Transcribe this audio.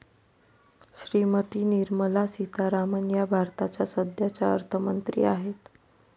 श्रीमती निर्मला सीतारामन या भारताच्या सध्याच्या अर्थमंत्री आहेत